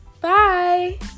Bye